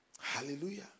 Hallelujah